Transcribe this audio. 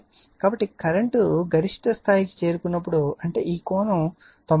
కాబట్టి కరెంట్ గరిష్ట స్థాయికి చేరుకున్నప్పుడు అంటే ఈ కోణం 90 డిగ్రీలు